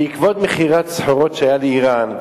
בעקבות מכירת סחורות לאירן,